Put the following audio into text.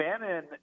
Bannon